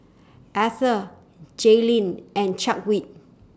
Eathel Jalynn and Chadwick